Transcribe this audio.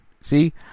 see